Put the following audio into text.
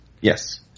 Yes